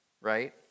right